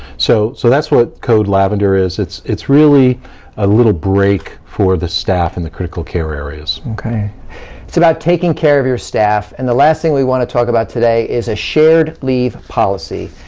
so so that's what code lavender is. it's it's really a little break for the staff in the critical care areas. okay, so it's about taking care of your staff, and the last thing we wanna talk about today is a shared leave policy.